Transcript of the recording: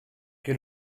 que